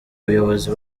buyobozi